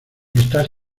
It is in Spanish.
estás